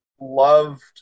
Loved